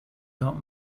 got